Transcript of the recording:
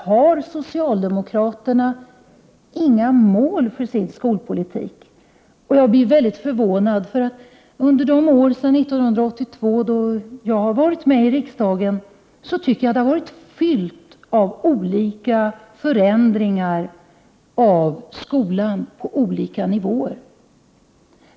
Har socialdemokraterna inga mål för sin skolpolitik, frågades det här. Jag blev väldigt förvånad över den frågan. Under de år som jag har varit med i riksdagen — det är sedan 1982 — har vi behandlat en mängd förslag som gällt förändringar av skolan på olika nivåer.